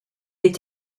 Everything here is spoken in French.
est